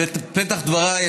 בפתח דבריי,